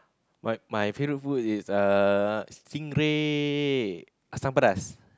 but my favourite food is uh stingray assam pedas